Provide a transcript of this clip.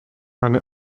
eine